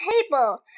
table